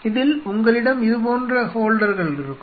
இதில் உங்களிடம் இதுபோன்ற ஹோல்டெர்கள் இருக்கும்